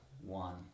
one